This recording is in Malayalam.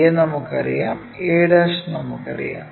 a നമുക്കറിയാം a നമുക്കറിയാം